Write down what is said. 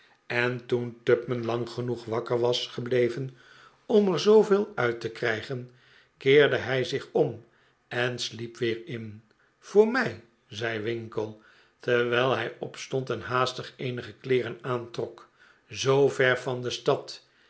en toen tupman lang genoeg wakker was gebleven om er zoo veel uit te krijgen keerde hij zich om en sliep weer in voor mij zei winkle terwijl hij opstond en haastig eenige kleeren aantrok zoo ver van de stad